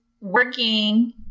working